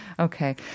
Okay